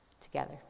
together